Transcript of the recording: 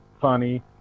funny